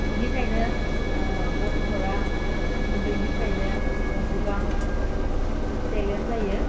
एनिखायनो गथ'फोरा उन्दैनिफ्रायनो गोबां टेलेन्ट जायो